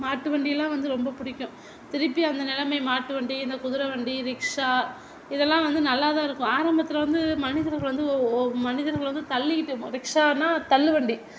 மாட்டுவண்டியெலாம் வந்து ரொம்ப பிடிக்கும் திரும்பி அந்த நிலைமை மாட்டு வண்டி இந்த குதிரை வண்டி ரிக்ஷா இதெலாம் வந்து நல்லாதான் இருக்கும் ஆரம்பத்தில் வந்து மனிதர்கள் வந்து ஓ மனிதர்கள் வந்து தள்ளிக்கிட்டு ரிக்ஷானால் தள்ளுவண்டி